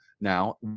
now